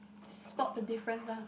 spot the difference ah